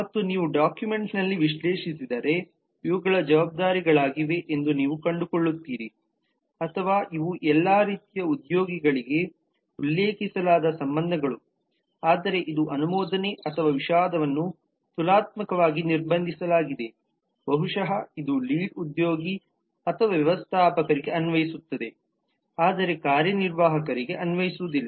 ಮತ್ತು ನೀವು ಡಾಕ್ಯುಮೆಂಟ್ನಲ್ಲಿ ವಿಶ್ಲೇಷಿಸಿದರೆ ಇವುಗಳು ಜವಾಬ್ದಾರಿಗಳಾಗಿವೆ ಎಂದು ನೀವು ಕಂಡುಕೊಳ್ಳುತ್ತೀರಿ ಅಥವಾ ಇವು ಎಲ್ಲಾ ರೀತಿಯ ಉದ್ಯೋಗಿಗಳಿಗೆ ಉಲ್ಲೇಖಿಸಲಾದ ಸಂಬಂಧಗಳು ಆದರೆ ಇದು ಅನುಮೋದನೆ ಅಥವಾ ವಿಷಾದವನ್ನು ತುಲನಾತ್ಮಕವಾಗಿ ನಿರ್ಬಂಧಿಸಲಾಗಿದೆ ಬಹುಶಃ ಇದು ಲೀಡ್ ಉದ್ಯೋಗಿ ಅಥವಾ ವ್ಯವಸ್ಥಾಪಕರಿಗೆ ಅನ್ವಯಿಸುತ್ತದೆ ಆದರೆ ಕಾರ್ಯನಿರ್ವಾಹಕರಿಗೆ ಅನ್ವಯಿಸುವುದಿಲ್ಲ